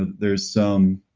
and there's some,